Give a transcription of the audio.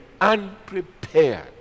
unprepared